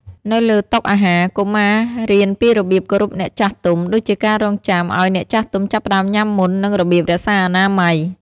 នៅលើតុអាហារ កុមាររៀនពីរបៀបគោរពអ្នកចាស់ទុំ ដូចជាការរង់ចាំឱ្យអ្នកចាស់ទុំចាប់ផ្តើមញ៉ាំមុន និងរបៀបរក្សាអនាម័យ។